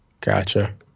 gotcha